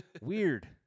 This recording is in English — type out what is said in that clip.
Weird